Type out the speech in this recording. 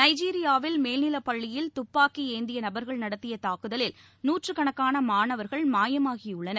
நைஜீரியாவில் மேல்நிலப்பள்ளியில் துப்பாக்கி ஏந்திய நபர்கள் நடத்திய தாக்குதலில் நூற்றுக்கணக்கான மாணவர்கள் மாயமாகியுள்ளனர்